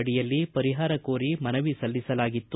ಅಡಿಯಲ್ಲಿ ಪರಿಹಾರ ಕೋರಿ ಮನವಿ ಸಲ್ಲಿಸಲಾಗಿತ್ತು